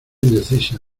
indecisa